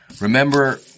Remember